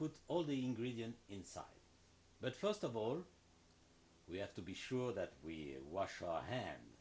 put all the ingredients in but first of all we have to be sure that we're wash our hands